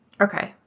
Okay